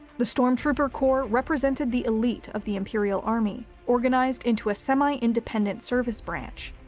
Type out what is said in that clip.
the stormtrooper corps represented the elite of the imperial army, organized into a semi-independent service branch.